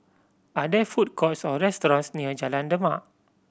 are there food courts or restaurants near Jalan Demak